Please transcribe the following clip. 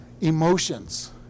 Emotions